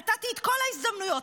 נתתי את כל ההזדמנויות,